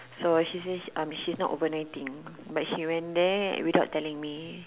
so ah she says um she's not overnighting but she went there without telling me